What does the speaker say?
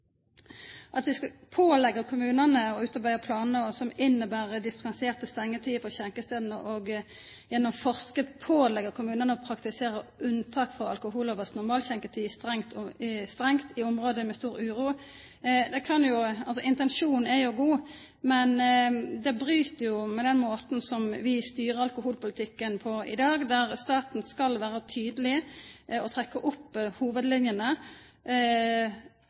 og vi meiner òg at den nye folkehelselova, som regjeringa la fram førre fredag, vil bidra til styrking på dette feltet. Når det gjeld å påleggja kommunane å utarbeida planar som inneber differenserte stengjetider for skjenkjestadene, og gjennom forskrift påleggja kommunane å praktisera unntak frå alkohollovas normalskjenkjetid strengt i område med stor uro, er intensjonen god, men det bryt med den måten vi styrer alkoholpolitikken på i dag, der staten skal vera tydeleg og trekkja opp